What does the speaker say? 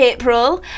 April